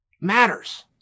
matters